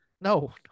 No